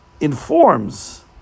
informs